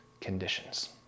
conditions